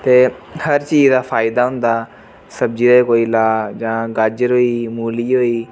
ते हर चीज दा फायदा होंदा सब्जी दा कोई ला जा गाजर होई गेई मूली होई ते